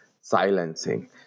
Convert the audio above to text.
silencing